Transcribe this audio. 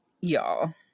Y'all